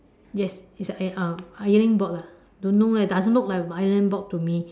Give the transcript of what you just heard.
yes it is a ironing board lah don't know leh doesn't look like a ironing board to me